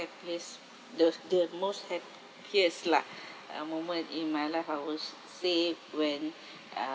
happiest the the most happiest lah uh moment in my life I will say when uh